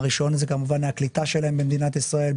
הראשון זה כמובן הקליטה שלהם במדינת ישראל,